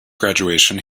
graduation